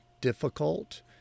difficult